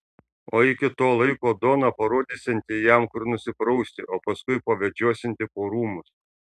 o iki to laiko dona parodysianti jam kur nusiprausti o paskui pavedžiosianti po rūmus